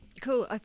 Cool